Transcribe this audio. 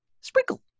Sprinkle